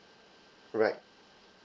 right